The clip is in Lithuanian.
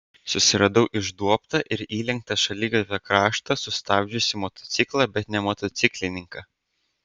susiradau išduobtą ir įlenktą šaligatvio kraštą sustabdžiusį motociklą bet ne motociklininką